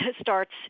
starts